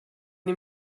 dem